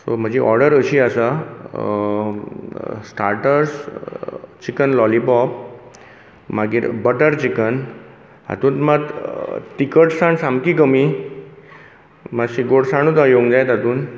so म्हजी order अशी आसा स्टाटर्स चिकन लोलिपॉप मागीर बटर चिकन हातूंत मात तिखटसाण सामकी कमी मातशी गोडसाणूच येवंक जाय तातूंत